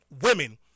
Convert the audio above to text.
women